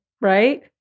Right